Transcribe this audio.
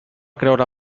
creure